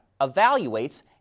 evaluates